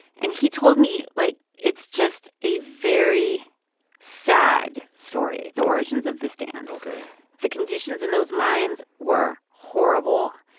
and he told me, like, it's just a very sad story, the origins of this dance ok the conditions in those mines were horrible.